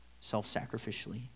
self-sacrificially